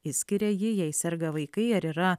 išskiria jį jei serga vaikai ar yra